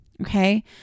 Okay